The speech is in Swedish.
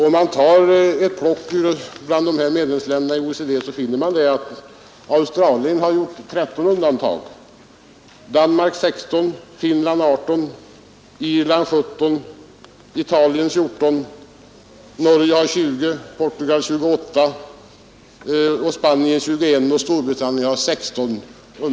Om man gör ett plock bland medlemsländerna i OECD finner man att Australien har gjort 13 undantag från de här bestämmelserna, Danmark 16, Finland 18, Irland 17, Italien 14, Norge 20, Portugal 28, Spanien 21 och Storbritannien 16.